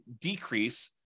decrease